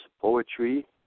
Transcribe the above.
poetry